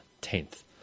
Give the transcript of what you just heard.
tenth